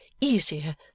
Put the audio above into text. easier